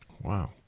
Wow